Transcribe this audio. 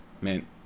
man